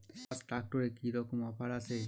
স্বরাজ ট্র্যাক্টরে কি রকম অফার আছে?